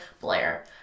Blair